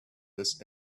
this